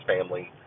family